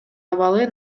абалы